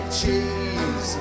cheese